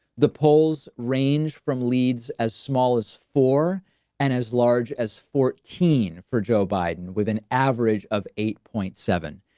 the polls ranged from leeds as small as four and as large as fourteen for joe biden with an average of eight point seven.